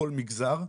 בכל מגזר,